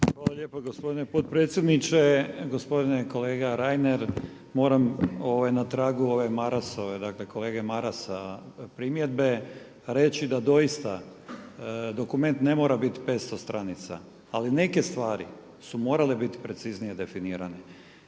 Hvala lijepo gospodine potpredsjedniče, gospodine kolega Reiner. Moram na tragu ove Marasove, dakle kolege Marasa primjedbe reći da doista dokument ne mora biti 500 stranica ali neke stvari su morale biti preciznije definirane.